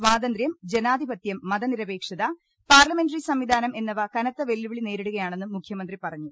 സ്വാതന്ത്ര്യം ജനാധിപത്യം മതനിര പേക്ഷത പാർലമെന്ററി സംവിധാനം എന്നിവ കനത്ത ്വെല്ലുവിളി നേരി ടു കയാണെന്നും മുഖ്യമന്ത്രി പറഞ്ഞു